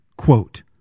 quote